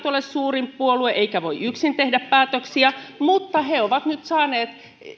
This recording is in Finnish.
ole suurin puolue eikä voi yksin tehdä päätöksiä mutta nyt